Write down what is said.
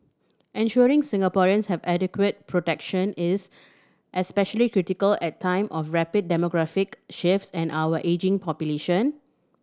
ensuring Singaporeans have adequate protection is especially critical at time of rapid demographic shifts and our ageing population